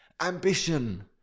ambition